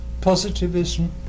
positivism